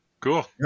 Cool